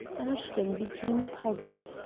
ashton became puzzled,